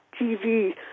TV